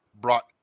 brought